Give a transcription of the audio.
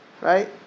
Right